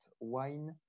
wine